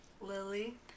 Lily